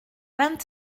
vingt